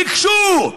ביקשו.